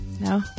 No